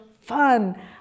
fun